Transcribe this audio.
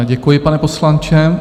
Děkuji, pane poslanče.